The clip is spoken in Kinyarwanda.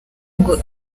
ngo